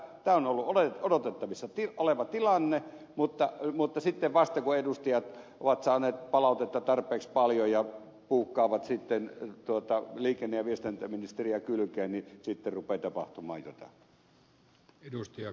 tämä on ollut odotettavissa oleva tilanne mutta sitten vasta kun edustajat ovat saaneet palautetta tarpeeksi paljon ja pukkaavat sitten liikenne ja viestintäministeriä kylkeen rupeaa tapahtumaan jotakin